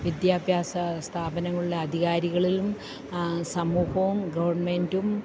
വിദ്യാഭ്യാസ സ്ഥാപനങ്ങളിലെ അധികാരികളിലും സമൂഹവും ഗവൺമെൻ്റും